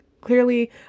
clearly